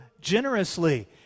generously